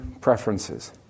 preferences